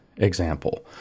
example